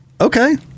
okay